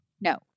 No